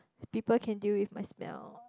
people can deal with my smell